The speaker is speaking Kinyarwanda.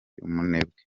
umunebwe